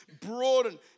broaden